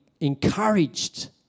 encouraged